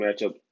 matchup